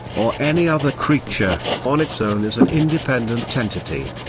or any other creature, on its own as an independent entity.